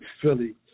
Philly